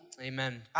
Amen